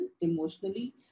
emotionally